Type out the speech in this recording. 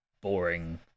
boring